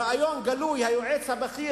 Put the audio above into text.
בריאיון גלוי היועץ הבכיר,